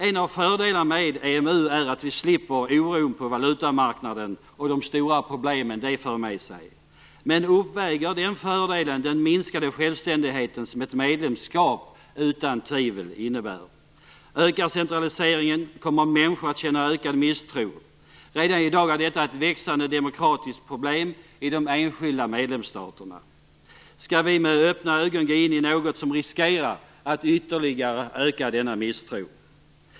En av fördelarna med EMU är att vi slipper oron på valutamarknaden och de stora problem denna för med sig. Men uppväger den fördelen den minskade självständighet som ett medlemskap utan tvivel innebär? Ökar centraliseringen? Kommer människor att känna ökad misstro? Redan i dag är detta ett växande demokratiskt problem i de enskilda medlemsstaterna. Skall vi med öppna ögon gå in i något som riskerar att ytterligare öka misstron?